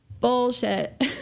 bullshit